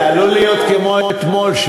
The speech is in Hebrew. זה עלול להיות כמו אתמול,